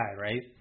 right